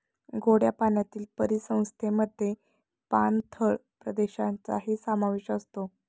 गोड्या पाण्यातील परिसंस्थेमध्ये पाणथळ प्रदेशांचाही समावेश असतो